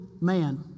man